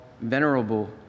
venerable